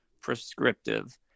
prescriptive